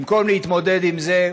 במקום להתמודד עם זה,